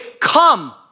come